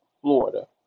Florida